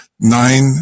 Nine